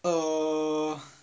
err